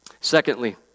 Secondly